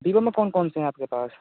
Vivo में कौन कौनसे हैं आपके पास